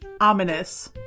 Ominous